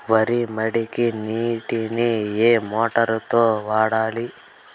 వరి మడికి నీటిని ఏ మోటారు తో వాడాలి?